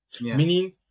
meaning